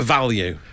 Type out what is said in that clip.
Value